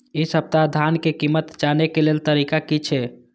इ सप्ताह धान के कीमत जाने के लेल तरीका की छे?